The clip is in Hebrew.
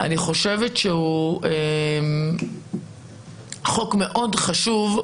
אני חושבת שהוא חוק מאוד חשוב,